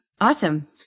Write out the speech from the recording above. Awesome